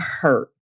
hurt